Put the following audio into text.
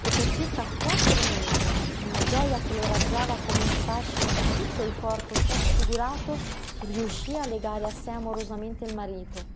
e per circa quattro mesi con la gioja che le raggiava come un fascino da tutto il corpo trasfigurato riuscí a legare a sé amorosamente il marito